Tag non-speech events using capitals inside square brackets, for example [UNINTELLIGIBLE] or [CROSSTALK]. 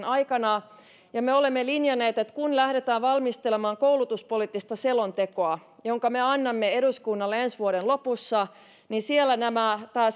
[UNINTELLIGIBLE] aikana ja me olemme linjanneet että kun lähdetään valmistelemaan koulutuspoliittista selontekoa jonka me annamme eduskunnalle ensi vuoden lopussa niin siellä tämä